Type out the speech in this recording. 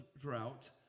drought